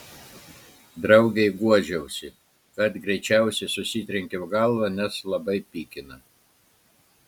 draugei guodžiausi kad greičiausiai susitrenkiau galvą nes labai pykina